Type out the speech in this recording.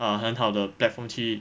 err 很好的 platform 去